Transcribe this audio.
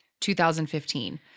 2015